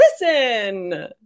listen